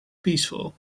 peaceful